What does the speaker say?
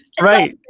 right